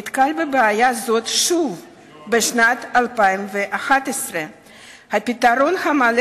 ניתקל בבעיה זאת שוב בשנת 2011. הפתרון המלא